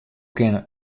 kinne